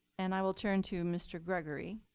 and i will turn to mr. gregory.